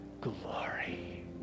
glory